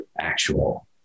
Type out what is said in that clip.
actual